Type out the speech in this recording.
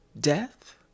death